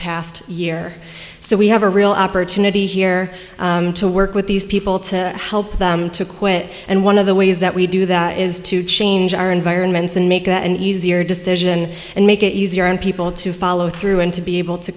past year so we have a real opportunity here to work with these people to help them to quit and one of the ways that we do that is to change our environments and make the an easier decision and make it easier on people to follow through and to be able to